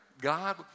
God